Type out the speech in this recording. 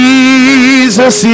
Jesus